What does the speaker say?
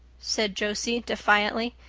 said josie defiantly.